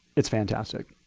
it's fantastic.